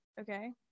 okay